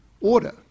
order